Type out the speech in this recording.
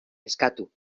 eskatu